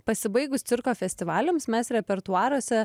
pasibaigus cirko festivaliams mes repertuaruose